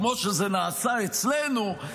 כמו שזה נעשה אצלנו,